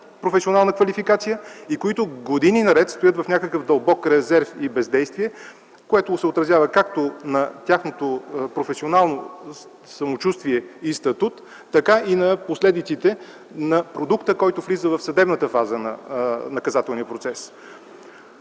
професионална квалификация и които години наред стоят в някакъв дълбок резерв и бездействие, което се отразява както на тяхното професионално самочувствие и статут, така и на последиците за продукта, който влиза в съдебната фаза на наказателния процес.